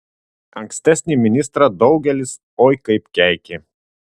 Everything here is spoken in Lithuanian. ankstesnį ministrą daugelis oi kaip keikė